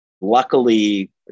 Luckily